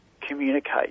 communicate